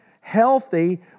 healthy